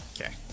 Okay